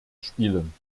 spielen